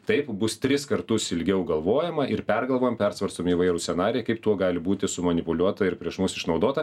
taip bus tris kartus ilgiau galvojama ir pergalvojam persvarstom įvairūs scenarijai kaip tuo gali būti sumanipuliuota ir prieš mus išnaudota